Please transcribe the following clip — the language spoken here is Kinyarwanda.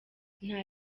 nta